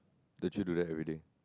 don't you do that everyday